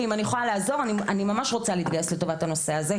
אני ממש רוצה להתגייס לטובת הנושא הזה.